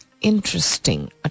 Interesting